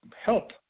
help